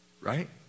Right